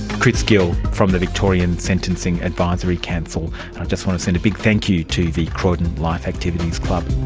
chris gill from the victorian sentencing advisory council. i just want to send a big thank you to the croydon life activities club.